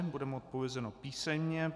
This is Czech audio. Bude mu odpovězeno písemně.